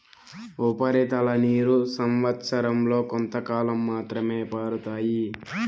ఉపరితల నీరు సంవచ్చరం లో కొంతకాలం మాత్రమే పారుతాయి